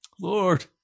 Lord